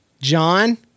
John